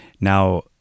Now